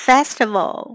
Festival